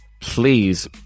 please